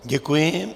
Děkuji.